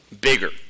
bigger